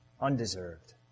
undeserved